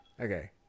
Okay